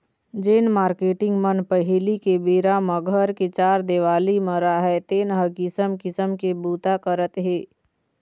जेन मारकेटिंग मन पहिली के बेरा म घर के चार देवाली म राहय तेन ह किसम किसम के बूता करत हे